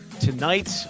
tonight